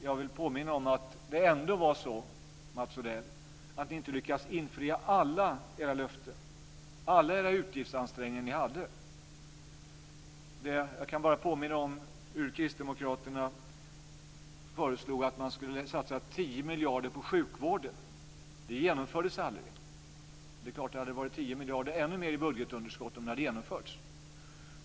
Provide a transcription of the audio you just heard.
Jag vill påminna om att det ändå var så, Mats Odell, att ni inte lyckades infria alla era löften om utgiftsansträngningar. Låt mig bara påminna om att kristdemokraterna föreslog att man skulle satsa 10 miljarder på sjukvården. Det genomfördes aldrig. Det är klart att det hade varit ytterligare 10 miljarder i budgetunderskott om det hade genomförts.